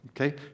okay